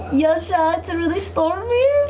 yasha, it's and really stormy!